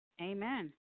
Amen